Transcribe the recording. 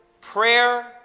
prayer